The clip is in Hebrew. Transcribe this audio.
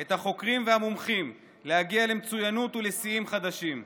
את החוקרים והמומחים להגיע למצוינות ולשיאים חדשים.